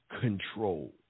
control